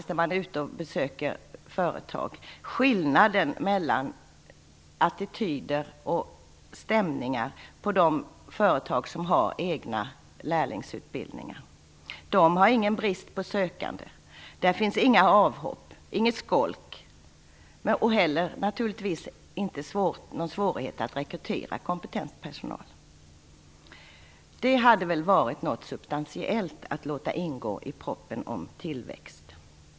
När man är ute och besöker företag slås man av attityderna och stämningarna på de företag som har egna lärlingsutbildningar. De har ingen brist på sökande. Där finns inga avhopp, inget skolk, och man har heller ingen svårighet att rekrytera kompetent personal. Det hade väl varit något substantiellt att låta ingå i propositionen om tillväxt!